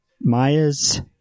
Maya's